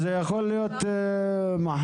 זה יכול להיות מחר-מוחרתיים.